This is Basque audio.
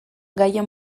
gaia